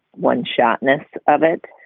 one shortness of it.